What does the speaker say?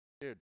Dude